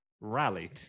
rallied